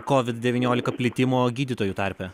covid devyniolika plitimo gydytojų tarpe